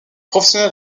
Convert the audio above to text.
professionnel